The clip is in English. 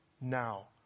now